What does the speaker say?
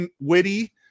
witty